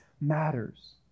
matters